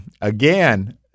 again